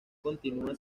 continua